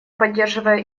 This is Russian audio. поддерживая